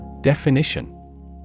Definition